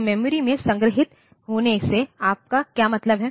तो मेमोरी में संग्रहीत होने से आपका क्या मतलब है